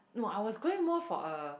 no I was going more for a